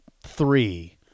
three